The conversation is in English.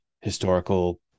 historical